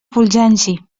fulgenci